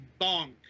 Bonk